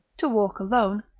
to walk alone,